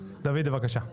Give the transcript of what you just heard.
דויד בבקשה.